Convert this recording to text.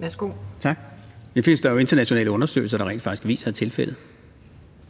(RV): Tak. Det findes der jo internationale undersøgelser der rent faktisk viser er tilfældet.